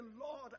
Lord